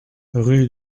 rue